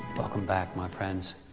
welcome back my friends.